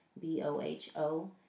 B-O-H-O